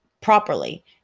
properly